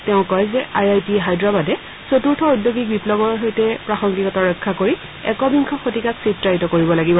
তেওঁ কয় যে আই আই টি হায়দৰাবাদে চতুৰ্থ ঔদ্যোগিক বিপ্লৱৰ সৈতে প্ৰাসংগিকতা ৰক্ষা কৰি একবিংশ শতিকাক চিত্ৰায়িত কৰিব লাগিব